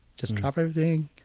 just drop everything.